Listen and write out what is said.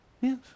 Yes